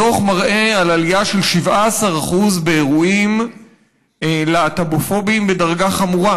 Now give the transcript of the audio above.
הדוח מראה על עלייה של 17% באירועים הלהט"בופוביים בדרגה חמורה,